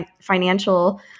financial